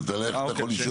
אז איך אתה יכול לשאול?